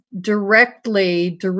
directly